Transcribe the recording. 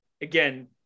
again